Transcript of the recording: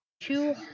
two